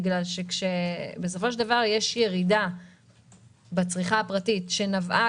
בסופו של דבר יש ירידה בצריכה הפרטית שנבעה,